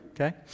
okay